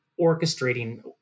orchestrating